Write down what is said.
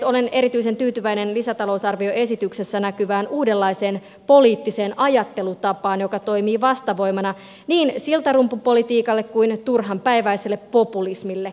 olen erityisen tyytyväinen lisätalousarvioesityksessä näkyvään uudenlaiseen poliittiseen ajattelutapaan joka toimii vastavoimana niin siltarumpupolitiikalle kuin turhanpäiväiselle populismillekin